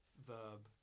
verb